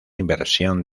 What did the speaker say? inversión